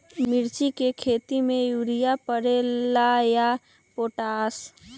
मिर्ची के खेती में यूरिया परेला या पोटाश?